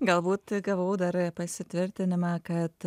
galbūt gavau dar pasitvirtinimą kad